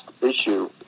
issue